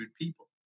people